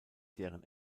deren